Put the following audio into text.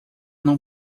não